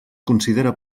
considera